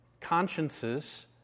consciences